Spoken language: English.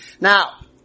Now